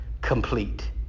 complete